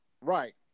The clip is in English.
Right